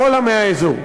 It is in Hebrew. בכל עמי האזור.